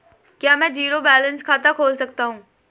क्या मैं zero balance खाता खोल सकता हूँ?